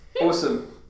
Awesome